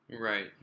Right